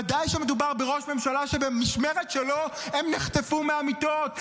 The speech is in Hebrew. ודאי כשמדובר בראש ממשלה שבמשמרת שלו הם נחטפו מהמיטות,